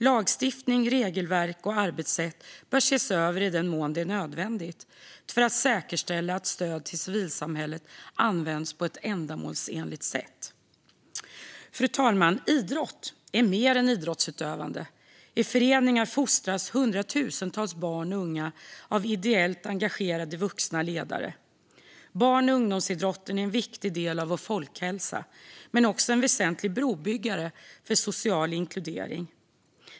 Lagstiftning, regelverk och arbetssätt bör ses över i den mån det är nödvändigt för att säkerställa att stöd till civilsamhället används på ett ändamålsenligt sätt. Fru talman! Idrott är mer än idrottsutövande. I föreningar fostras hundratusentals barn och unga av ideellt engagerade vuxna ledare. Barn och ungdomsidrotten är en viktig del av vår folkhälsa men också en väsentlig brobyggare för social inkludering.